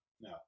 No